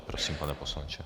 Prosím, pane poslanče.